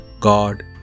God